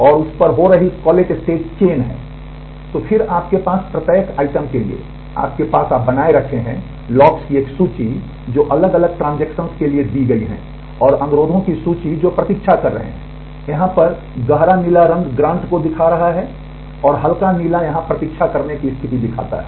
और फिर आपके पास प्रत्येक आइटम के लिए आपके पास आप बनाए रखें हैं लॉक्स की एक सूची जो अलग अलग ट्रांजेक्शन के लिए दी गई हैं और अनुरोधों की सूची जो प्रतीक्षा कर रहे हैं यहाँ पर गहरा नीला रंग ग्रांट को दर्शाता है और हल्का नीला यहाँ प्रतीक्षा स्थिति दिखाता है